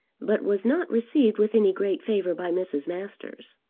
but was not received with any great favour by mrs. masters.